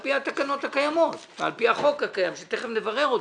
על פי התקנות הקיימות ועל פי החוק הקיים שתכף נברר אותו,